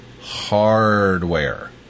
hardware